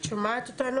אני ממש מתנצלת,